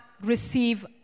receive